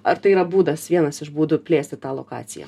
ar tai yra būdas vienas iš būdų plėsti tą lokaciją